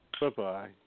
Bye-bye